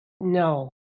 No